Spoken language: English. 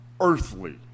earthly